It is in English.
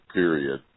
period